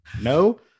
No